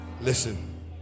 Listen